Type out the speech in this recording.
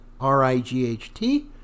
R-I-G-H-T